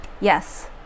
yes